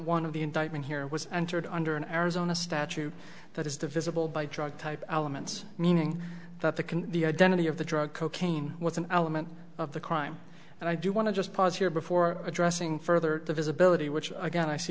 one of the indictment here was entered under an arizona statute that is divisible by drug type elements meaning that the can the identity of the drug cocaine was an element of the crime and i do want to just pause here before addressing further the visibility which again i see